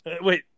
Wait